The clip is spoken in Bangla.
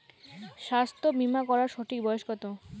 স্বাস্থ্য বীমা করার সঠিক বয়স কত?